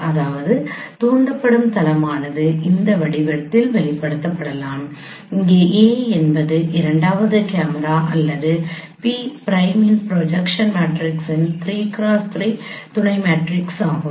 அதாவது தூண்டப்படும் தளமானது இந்த வடிவத்தில் வெளிப்படுத்தப்படலாம் அங்கு A என்பது இரண்டாவது கேமரா அல்லது P பிரைமின் ப்ரொஜெக்ஷன் மேட்ரிக்ஸின் 3 கிராஸ் 3 துணை மேட்ரிக்ஸ் ஆகும்